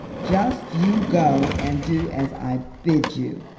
just you go and do as i bid you.